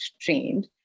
trained